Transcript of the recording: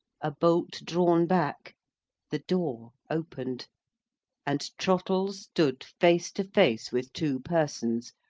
a bolt drawn back the door opened and trottle stood face to face with two persons,